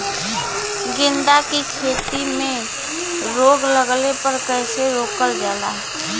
गेंदा की खेती में रोग लगने पर कैसे रोकल जाला?